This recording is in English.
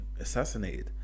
assassinated